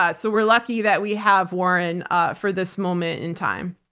ah so, we're lucky that we have warren ah for this moment in time.